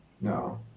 No